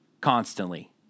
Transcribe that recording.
Constantly